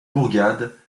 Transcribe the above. bourgade